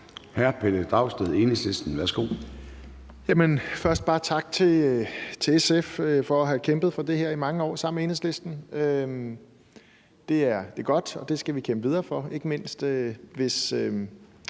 11:07 Pelle Dragsted (EL): Først bare tak til SF for at have kæmpet for det her i mange år sammen med Enhedslisten. Det er godt, og det skal vi kæmpe videre for,